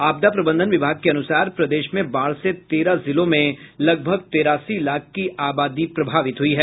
आपदा प्रबंधन विभाग के अनुसार प्रदेश में बाढ़ से तेरह जिलों में लगभग तिरासी लाख की आबादी प्रभावित हुई है